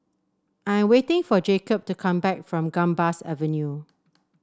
I am waiting for Jacob to come back from Gambas Avenue